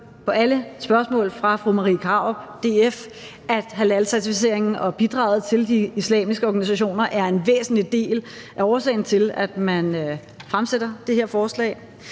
på alle spørgsmål fra fru Marie Krarup, DF, at halalcertificeringen og bidraget til de islamiske organisationer er en væsentlig del af årsagen til, at man fremsætter det her forslag.